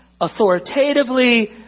authoritatively